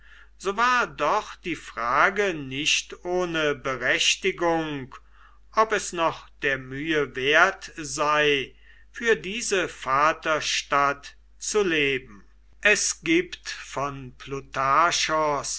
so war doch die frage nicht ohne berechtigung ob es noch der mühe wert sei für diese vaterstadt zu leben es gibt von